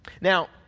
Now